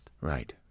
Right